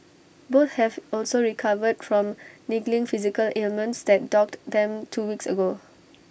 both have also recovered from niggling physical ailments that dogged them two weeks ago